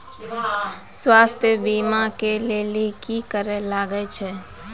स्वास्थ्य बीमा के लेली की करे लागे छै?